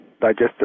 digestive